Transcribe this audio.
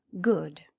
good